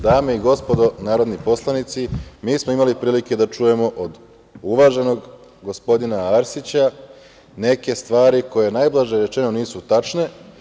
Dame i gospodo narodni poslanici, mi smo imali prilike da čujemo od uvaženog gospodina Arsića neke stvari, koje, najblaže rečeno, nisu tačne.